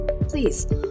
Please